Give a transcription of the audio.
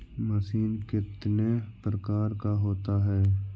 Machine कितने प्रकार का होता है?